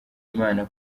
imana